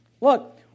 Look